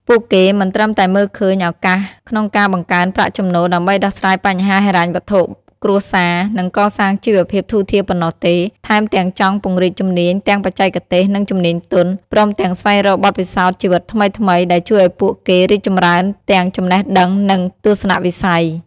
ពួកគេមិនត្រឹមតែមើលឃើញឱកាសក្នុងការបង្កើនប្រាក់ចំណូលដើម្បីដោះស្រាយបញ្ហាហិរញ្ញវត្ថុគ្រួសារ និងកសាងជីវភាពធូរធារប៉ុណ្ណោះទេ ថែមទាំងចង់ពង្រីកជំនាញទាំងបច្ចេកទេស និងជំនាញទន់ ព្រមទាំងស្វែងរកបទពិសោធន៍ជីវិតថ្មីៗដែលជួយឱ្យពួកគេរីកចម្រើនទាំងចំណេះដឹង និងទស្សនវិស័យ។